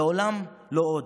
לעולם לא עוד,